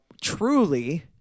truly